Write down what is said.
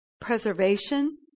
preservation